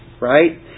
Right